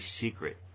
secret